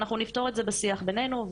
ואנחנו נפתור את זה בשיח בינינו,